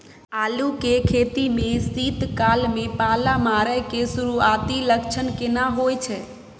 आलू के खेती में शीत काल में पाला मारै के सुरूआती लक्षण केना होय छै?